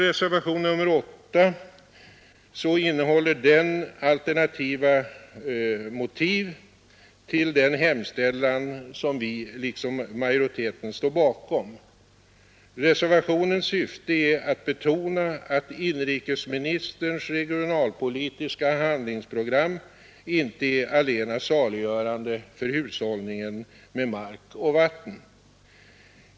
Reservationen 8 innehåller alternativa motiv till den hemställan som vi liksom majoriteten står bakom. Reservationens syfte är att betona att inrikesministerns regionalpolitiska handlingsprogram inte är allena saliggörande för hushållningen med mark och vatten.